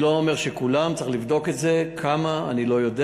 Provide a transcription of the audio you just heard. אני לא אומר שכולם, צריך לבדוק את זה.